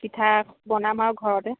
পিঠা বনাম আৰু ঘৰতে